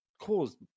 caused